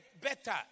better